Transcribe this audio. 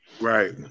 Right